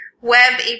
Web